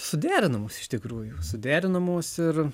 suderinamos iš tikrųjų suderinamos ir